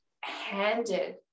handed